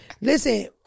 listen